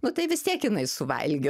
nu tai vis tiek jinai suvalgė